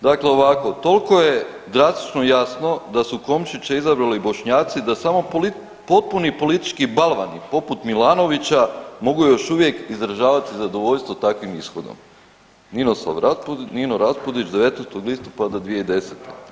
Dakle, ovako toliko je drastično jasno da su Komšića izabrali Bošnjaci da samo potpuni politički balvani poput Milanovića mogu još uvijek izražavati zadovoljstvo takvim ishodom, Ninoslav, Nino Raspudić 19. listopada 2010.